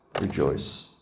rejoice